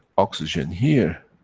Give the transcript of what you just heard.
oxygen here,